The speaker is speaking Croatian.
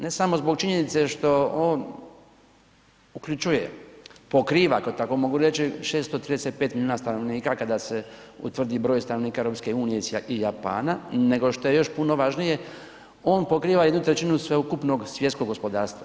Ne samo zbog činjenice što on uključuje, pokriva ako tako mogu reći 635 milijuna stanovnika kada se utvrdi broj stanovnika EU i Japana, nego što je još puno važnije on pokriva jednu trećinu sveukupnog svjetskog gospodarstva.